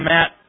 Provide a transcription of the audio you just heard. Matt